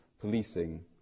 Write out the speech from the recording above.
policing